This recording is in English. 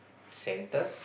center